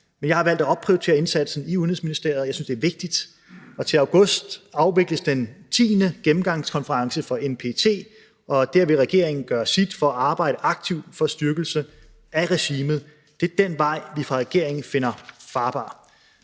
men jeg har valgt at opprioritere indsatsen i Udenrigsministeriet. Jeg synes, det er vigtigt, og til august afvikles den 10. gennemgangskonference for NPT, og der vil regeringen gøre sit for at arbejde aktivt for styrkelse af regimet. Det er den vej, vi fra regeringens side finder farbar.